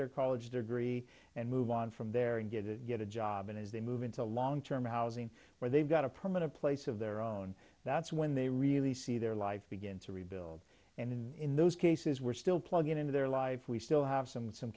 their college degree and move on from there and get to get a job and as they move into long term housing where they've got a permanent place of their own that's when they really see their life begin to rebuild and in those cases we're still plugging into their life we still have some in some